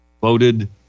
voted